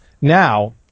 Now